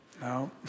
no